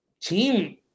team